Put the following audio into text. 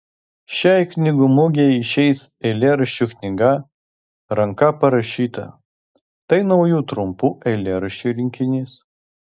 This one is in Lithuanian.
šiai knygų mugei išeis eilėraščių knyga ranka parašyta tai naujų trumpų eilėraščių rinkinys